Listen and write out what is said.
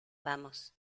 vamos